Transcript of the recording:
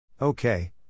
Okay